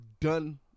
done